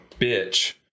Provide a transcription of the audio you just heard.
bitch